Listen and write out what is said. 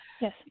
Yes